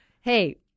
Hey